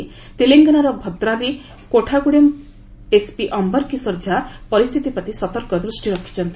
ଡେଲେଙ୍ଗାନାର Bhadradri Kothagudem SP ଅୟର କିଶୋର ଝା ପରିସ୍ଥିତି ପ୍ରତି ସତର୍କ ଦୃଷ୍ଟି ରଖିଚ୍ଚନ୍ତି